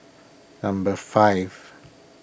number five